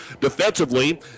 Defensively